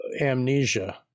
amnesia